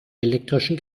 elektrischen